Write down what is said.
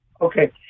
Okay